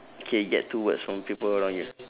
okay get two words from people around you